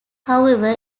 however